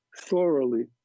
thoroughly